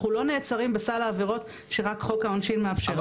אנחנו לא נעצרים בסל העבירות שרק חוק העונשים מאפשר לנו.